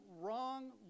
wrong